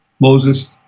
Moses